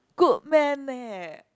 good man leh